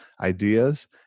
ideas